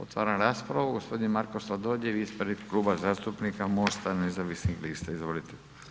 Otvaram raspravu, g. Marko Sladoljev ispred Kluba zastupnika MOST-a nezavisnih lista, izvolite.